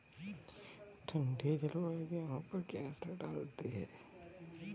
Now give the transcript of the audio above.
ठंडी जलवायु गेहूँ पर क्या असर डालती है?